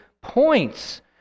Points